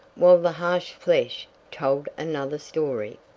while the harsh flesh told another story.